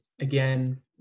again